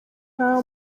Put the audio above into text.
nta